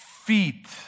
feet